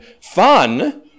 fun